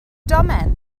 domen